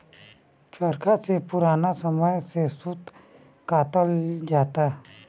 चरखा से पुरान समय में सूत कातल जाला